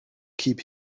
keep